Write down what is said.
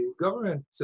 government